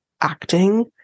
acting